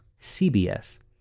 CBS